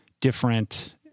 different